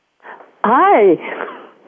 Hi